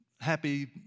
happy